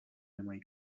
nemají